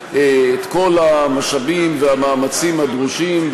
את כל המשאבים והמאמצים הדרושים,